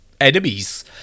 enemies